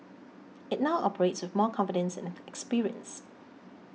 it now operates with more confidence and experience